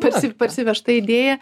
tarsi parsivežta idėja